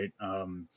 Right